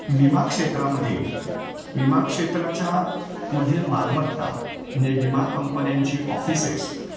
विमाक्षेत्रामध्ये विमाक्षेत्राच्या मधील मालमत्ता म्हणजे विमा कंपन्यांची ऑफिसेस